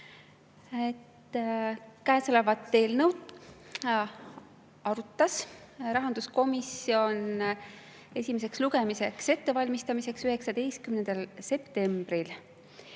Käesolevat eelnõu arutas rahanduskomisjon esimeseks lugemiseks ettevalmistamiseks 19. septembril.